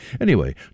Anyway